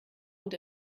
und